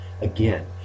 again